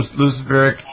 Luciferic